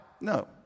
no